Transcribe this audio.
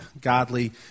godly